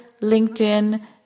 linkedin